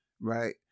right